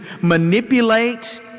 manipulate